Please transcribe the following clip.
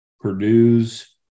Purdue's